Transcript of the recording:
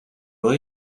will